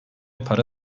para